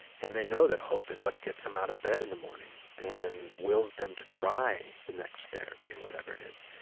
and they know that hope is what gets them out of bed in the morning, and wills them to try the next therapy, or whatever it is.